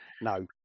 no